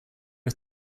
are